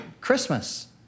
Christmas